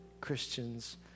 Christians